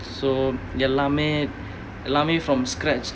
so எல்லாமே எல்லாமே:ellamae ellamae from scratch